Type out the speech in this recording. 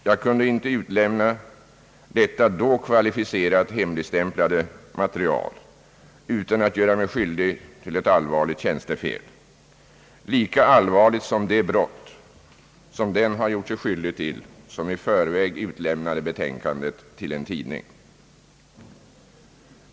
Jag kunde inte utlämna detta då kvalificerat hemligstämplade material utan att göra mig skyldig till ett allvarligt tjänstefel — lika allvarligt som det brott som den har gjort sig skyldig till som i förväg har utlämnat betänkandet till en tidning.